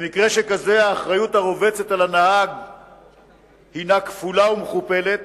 במקרה שכזה האחריות הרובצת על הנהג היא כפולה ומכופלת,